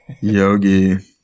Yogi